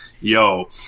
yo